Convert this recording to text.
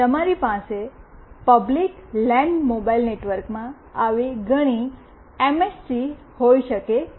તમારી પાસે public land mobile નેટવર્કમાં આવી ઘણી એમએસસી હોઈ શકે છે